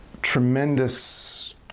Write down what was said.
tremendous